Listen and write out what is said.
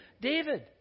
David